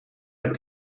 heb